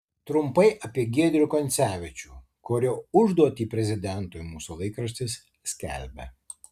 trumpai apie giedrių koncevičių kurio užduotį prezidentui mūsų laikraštis skelbia